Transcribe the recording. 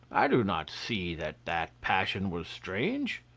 i do not see that that passion was strange.